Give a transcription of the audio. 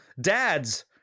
Dads